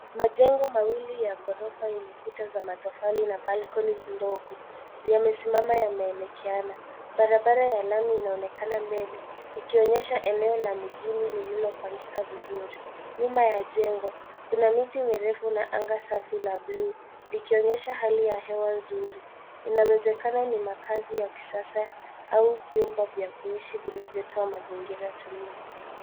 Majengo mawili ya ghorofa yenye kuta za matofali na balconies ndogo, yamesimama yameelekeana. Barabara ya lami inaonekana mbele ikionyesha eneo la mjini lililopangika vizuri. Nyuma ya jengo, kuna miti mirefu na anga safi la buluu likionyesha hali ya hewa nzuri, inawezekana ni makaazi ya kisasa au vyumba vya kuishi vinavyotoa mazingira tulivu.